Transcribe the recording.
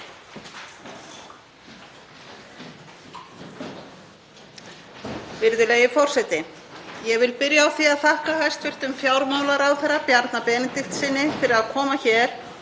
Virðulegi forseti. Ég vil byrja á því að þakka hæstv. fjármálaráðherra, Bjarna Benediktssyni, fyrir að koma hér